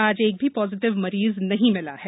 आज एक भी पाजिटिव मरीज नही मिला है